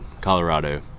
Colorado